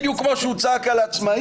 בדיוק כמו שהוא צעק על העצמאים,